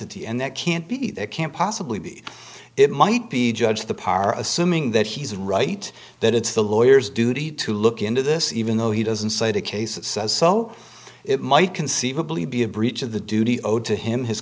and that can't be that can't possibly be it might be judge the power assuming that he's right that it's the lawyers duty to look into this even though he doesn't cite a case that says so it might conceivably be a breach of the duty owed to him his